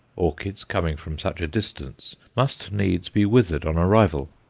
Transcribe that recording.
orchids coming from such a distance must needs be withered on arrival.